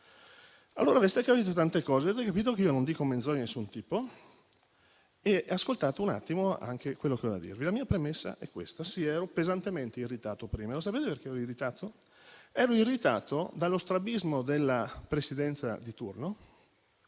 che voi capite tante cose, avete capito anche che io non dico menzogne di alcun tipo e ascoltate un attimo anche quello che ho da dirvi. La mia premessa è questa: sì, prima ero pesantemente irritato. E lo sapete perché ero irritato? Ero irritato dallo strabismo della Presidenza di turno,